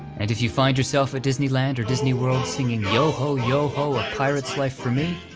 and if you find yourself at disneyland or disneyworld singing yo-ho! yo-ho! a pirate s life for me,